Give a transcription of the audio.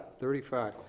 thirty five.